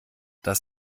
dass